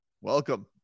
Welcome